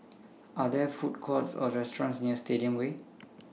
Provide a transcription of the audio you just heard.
Are There Food Courts Or restaurants near Stadium Way